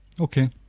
Okay